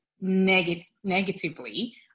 negatively